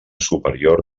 superior